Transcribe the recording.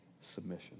submission